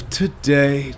today